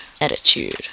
attitude